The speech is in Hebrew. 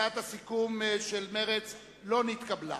הצעת הסיכום של מרצ לא נתקבלה.